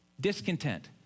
discontent